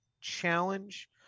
challenge